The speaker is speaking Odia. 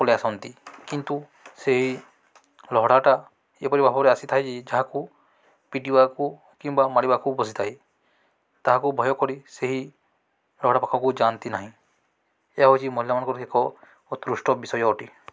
ପଳେଇ ଆସନ୍ତି କିନ୍ତୁ ସେହି ଲହଡ଼ିଟା ଏପରି ଭାବରେ ଆସିଥାଏ ଯେ ଯାହାକୁ ପିଟିବାକୁ କିମ୍ବା ମାଡ଼ିବାକୁ ବସିଥାଏ ତାହାକୁ ଭୟ କରି ସେହି ଲହଡ଼ି ପାଖକୁ ଯାଆନ୍ତି ନାହିଁ ଏହା ହେଉଛି ମହିଳାମାନଙ୍କର ଏକ ଅଦୃଷ୍ଟ ବିଷୟ ଅଟେ